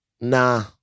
nah